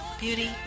beauty